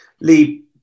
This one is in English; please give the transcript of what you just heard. Lee